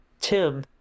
Tim